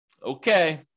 Okay